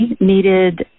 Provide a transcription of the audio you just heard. needed